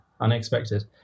unexpected